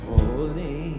Holy